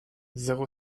zéro